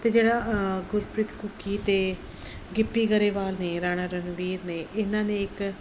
ਅਤੇ ਜਿਹੜਾ ਗੁਰਪ੍ਰੀਤ ਘੁੱਗੀ ਅਤੇ ਗਿੱਪੀ ਗਰੇਵਾਲ ਨੇ ਰਾਣਾ ਰਣਵੀਰ ਨੇ ਇਹਨਾਂ ਨੇ ਇੱਕ